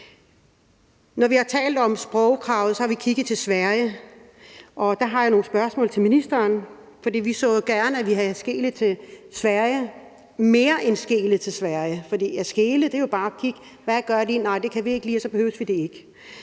Når vi har talt om sprogkravet, har vi kigget til Sverige. Og der har jeg nogle spørgsmål til ministeren, for vi så jo gerne, at vi havde skelet til Sverige – mere end skelet til Sverige, for at skele er jo bare at kigge: Hvad gør de? Nej, det kan vi ikke lide – det behøver vi ikke.